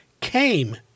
came